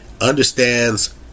understands